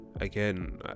again